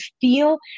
feel